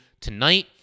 tonight